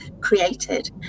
created